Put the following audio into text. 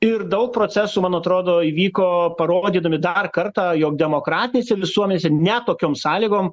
ir daug procesų man atrodo įvyko parodydami dar kartą jog demokratinėse visuomenėse net tokiom sąlygom